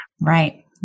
Right